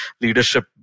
Leadership